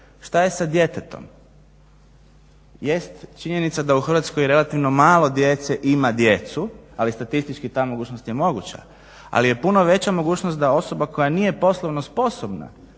Šta je sa djetetom?